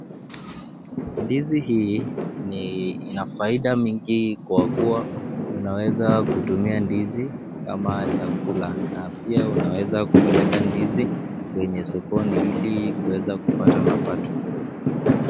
Ndizi hii ni ya faida mingi kwa kuwa unaweza kutumia ndizi kama chakula. Na pia unaweza kupeleka ndizi kwenye sokoni ili kuweza kupata mapato.